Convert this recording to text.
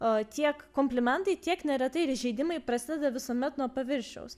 a tiek komplimentai tiek neretai ir įžeidimai prasideda visuomet nuo paviršiaus